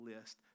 list